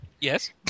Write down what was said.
Yes